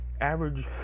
Average